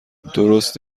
درست